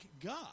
God